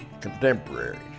contemporaries